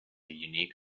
unique